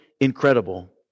incredible